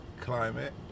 climate